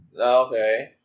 Okay